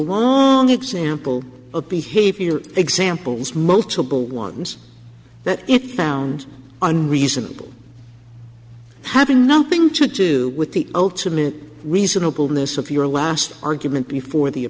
long example of behavior examples multiple ones that it found on reasonable having nothing to do with the ultimate reasonableness of your last argument before the